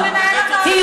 היא תמכה בחיזבאללה.